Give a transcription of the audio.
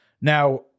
Now